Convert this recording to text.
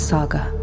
Saga